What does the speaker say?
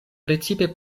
precipe